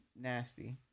nasty